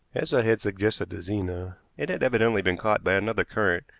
as i had suggested to zena, it had evidently been caught by another current,